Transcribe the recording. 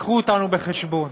תביאו אותנו בחשבון.